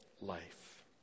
life